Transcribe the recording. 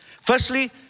Firstly